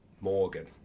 Morgan